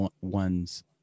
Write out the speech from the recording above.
one's